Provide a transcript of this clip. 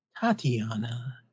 Tatiana